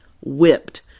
whipped